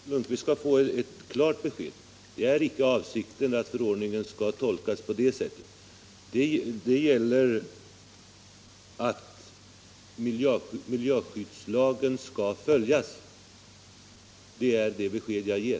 Herr talman! Ja, Svante Lundkvist skall få ett klart besked. Det är icke avsikten att förordningen skall tolkas på det sättet. Miljöskyddslagen skall följas. Det är det besked jag ger.